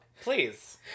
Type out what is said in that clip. please